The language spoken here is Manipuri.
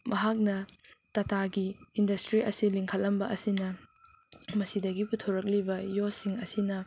ꯃꯍꯥꯛꯅ ꯇꯇꯥꯒꯤ ꯏꯟꯗꯁꯇ꯭ꯔꯤ ꯑꯁꯤ ꯂꯤꯡꯈꯠꯂꯝꯕ ꯑꯁꯤꯅ ꯃꯁꯤꯗꯒꯤ ꯄꯨꯊꯣꯔꯛꯂꯤꯕ ꯌꯣꯠꯁꯤꯡ ꯑꯁꯤꯅ